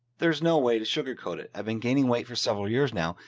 there's no way to sugarcoat it. i've been gaining weight for several years now,